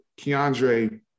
Keandre